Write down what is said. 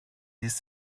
this